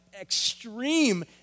extreme